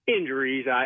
injuries